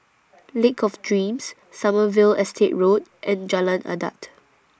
Lake of Dreams Sommerville Estate Road and Jalan Adat